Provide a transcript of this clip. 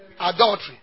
Adultery